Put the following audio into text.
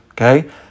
okay